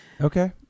Okay